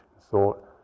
thought